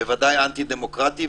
בוודאי אנטי דמוקרטי,